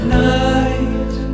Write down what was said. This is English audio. night